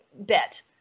bet